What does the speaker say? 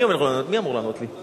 מי אמור לענות לי?